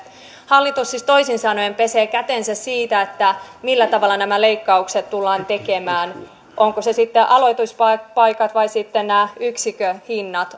hallitus siis toisin sanoen pesee kätensä siitä millä tavalla nämä leikkaukset tullaan tekemään ovatko ne sitten aloituspaikat vai sitten nämä yksikköhinnat